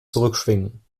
zurückschwingen